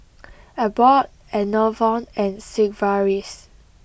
Abbott Enervon and Sigvaris